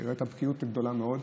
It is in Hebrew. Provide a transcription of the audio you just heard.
וזו הייתה בקיאות גדולה מאוד.